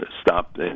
stop